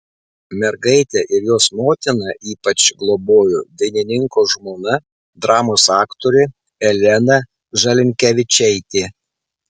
mergaitę ir jos motiną ypač globojo dainininko žmona dramos aktorė elena žalinkevičaitė